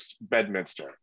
Bedminster